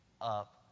up